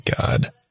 God